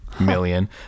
million